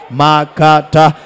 makata